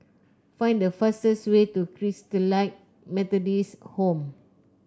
find the fastest way to Christalite Methodist Home